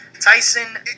Tyson